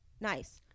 nice